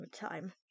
time